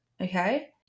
okay